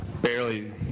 barely